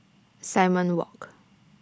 Simon Walk